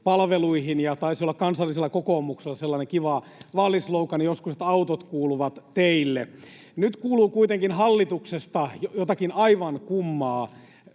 palveluihin, ja taisi olla Kansallisella Kokoomuksella sellainen kiva vaalislogan joskus, että ”autot kuuluvat teille”. Nyt kuuluu kuitenkin hallituksesta jotakin aivan kummaa.